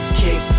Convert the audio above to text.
kick